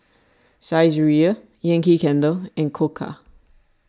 Saizeriya Yankee Candle and Koka